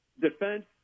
Defense